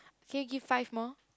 can you give five more